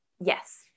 yes